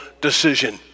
decision